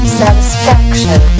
satisfaction